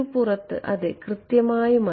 പുറത്ത് അതെ കൃത്യമായും അതെ